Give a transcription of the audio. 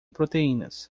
proteínas